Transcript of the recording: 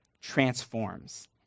transforms